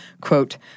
Quote